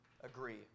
Agree